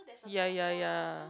ya ya ya